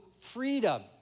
freedom